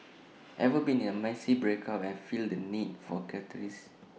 ever been in A messy breakup and feel the need for